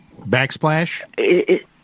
Backsplash